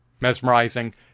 mesmerizing